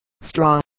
straw